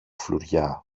φλουριά